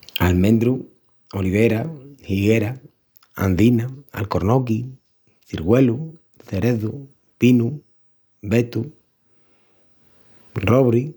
Almendru, olivera, higuera, anzina, alcornoqui, cirgüelu, cerezu, pinu, betu, robri.